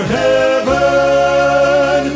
heaven